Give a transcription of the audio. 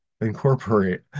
incorporate